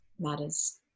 matters